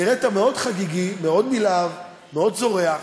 נראית מאוד חגיגי, מאוד נלהב, מאוד זורח.